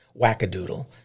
wackadoodle